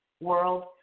world